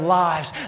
lives